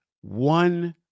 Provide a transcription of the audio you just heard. one